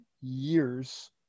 years